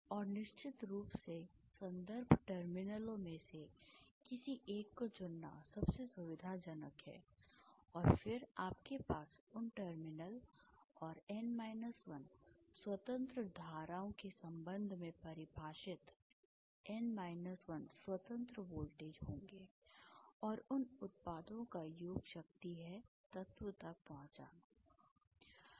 और निश्चित रूप से संदर्भ टर्मिनलों में से किसी एक को चुनना सबसे सुविधाजनक है और फिर आपके पास उस टर्मिनल और N 1 स्वतंत्र धाराओं के संबंध में परिभाषित N 1 स्वतंत्र वोल्टेज होंगे और उन उत्पादों का योग शक्ति है तत्व तक पहुँचाया